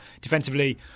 defensively